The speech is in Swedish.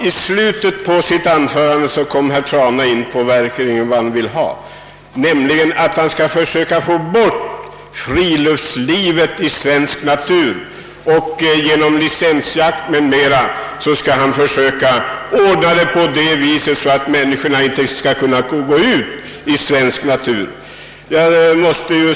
I slutet av sitt anförande kom emellertid herr Trana in på vad han verkligen ville, nämligen få bort friluftslivet och bla. genom licensjakt ordna det så, att människorna inte kan komma ut i naturen.